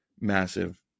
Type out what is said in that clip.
massive